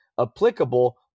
applicable